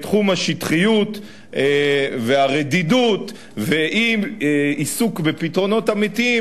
בתחום השטחיות והרדידות והאי-עיסוק בפתרונות אמיתיים,